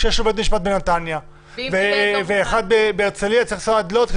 כשיש לו בית משפט בנתניה או שאחד בהרצליה צריך לנסוע עד לוד?